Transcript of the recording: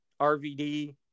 RVD